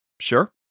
Sure